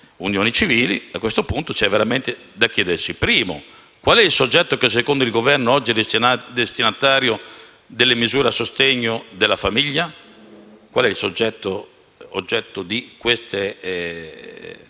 unioni civili. A questo punto c'è veramente da chiedersi quale sia il soggetto che secondo il Governo oggi è destinatario delle misure a sostegno della famiglia. Qual è il soggetto oggetto di queste